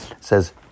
Says